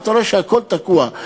ואתה רואה שהכול תקוע.